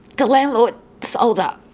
the landlord sold up.